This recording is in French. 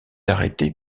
arrêté